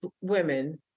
women